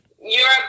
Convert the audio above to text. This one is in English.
Europe